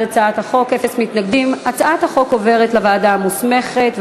הצעת החוק עוברת לוועדה המוסמכת,